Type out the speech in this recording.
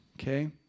okay